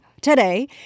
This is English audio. today